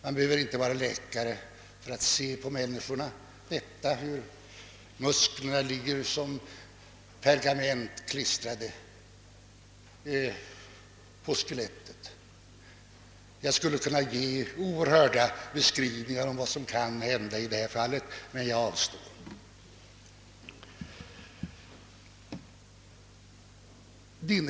Man behöver inte vara läkare för att konstatera den: hur människornas muskler som pergament ligger klistrade på skelettet. Jag skulle kunna ge upprivande beskrivningar av vad som kan förekomma i detta avseende, men jag avstår.